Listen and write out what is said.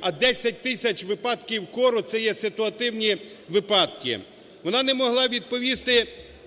а 10 тисяч випадків кору – це є ситуативні випадки. Вона не могла відповісти: